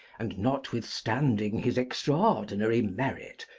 and notwithstanding his extraordinary merit,